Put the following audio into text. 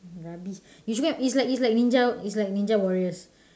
rubbish you should go and is like is like ninja is like ninja warriors